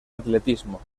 atletismo